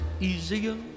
easier